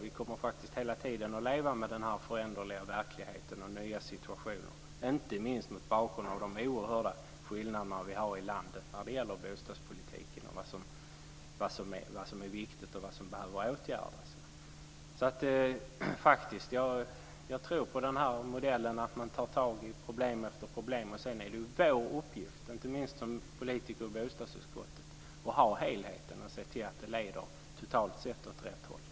Vi kommer faktiskt hela tiden att leva med denna föränderliga verklighet och med nya situationer, inte minst mot bakgrund av de oerhörda skillnader vi har i landet när det gäller bostadspolitiken och vad som är viktigt och behöver åtgärdas. Jag tror på denna modell. Man tar tag i problem efter problem. Sedan är det vår uppgift, inte minst som politiker i bostadsutskottet, att se till att politiken som helhet leder åt rätt håll.